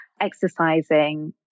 exercising